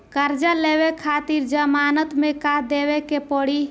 कर्जा लेवे खातिर जमानत मे का देवे के पड़ी?